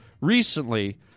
recently